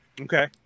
Okay